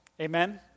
Amen